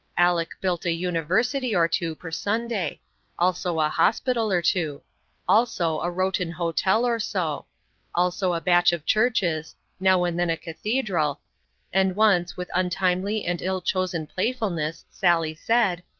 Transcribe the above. aleck built a university or two per sunday also a hospital or two also a rowton hotel or so also a batch of churches now and then a cathedral and once, with untimely and ill-chosen playfulness, sally said,